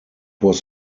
was